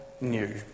new